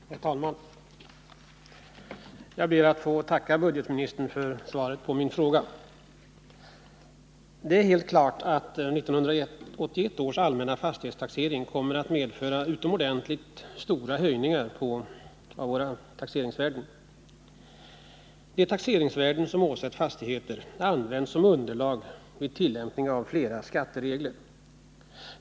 Herr talman! Jag ber att få tacka budgetministern för svaret på min fråga. Det är helt klart att 1981 års allmänna fastighetstaxering kommer att medföra utomordentligt stora höjningar av taxeringsvärdena. De taxeringsvärden som åsätts fastigheter används som underlag vid tillämpningen av flera skatteregler.